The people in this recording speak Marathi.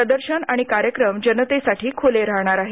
प्रदर्शना आणि कार्यक्रम जनतेसाठी खुले राहणार आहेत